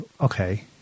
okay